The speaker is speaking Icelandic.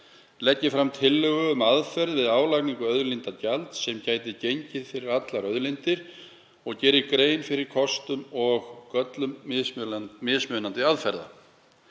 leggi fram tillögu um aðferð við álagningu auðlindagjalds sem gæti gengið fyrir allar auðlindir og geri grein fyrir kostum og göllum mismunandi aðferða,